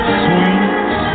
sweet